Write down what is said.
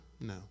No